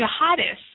jihadists